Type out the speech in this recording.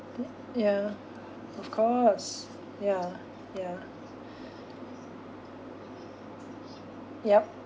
yeah of course yeah yeah yup